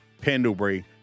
Pendlebury